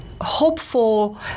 Hopeful